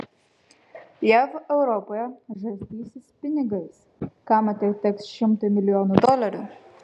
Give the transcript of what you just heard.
jav europoje žarstysis pinigais kam atiteks šimtai milijonų dolerių